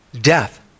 death